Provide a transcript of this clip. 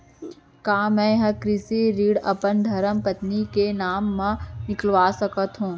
का मैं ह कृषि ऋण अपन धर्मपत्नी के नाम मा निकलवा सकथो?